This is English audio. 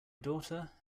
daughter